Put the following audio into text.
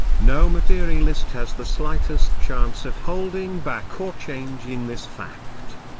no materialist has the slightest chance of holding back or changing this fact.